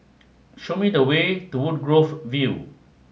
show me the way to Woodgrove View